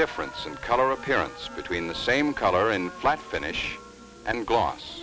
difference in color appearance between the same color and flat finish and gloss